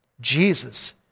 Jesus